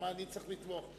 למה אני צריך לתמוך?